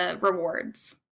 rewards